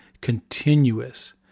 continuous